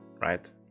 right